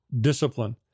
discipline